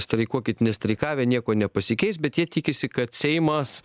streikuokit nestreikavę nieko nepasikeis bet jie tikisi kad seimas